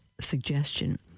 suggestion